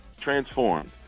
Transformed